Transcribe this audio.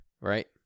right